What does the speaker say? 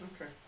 Okay